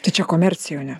tai čia komercijoje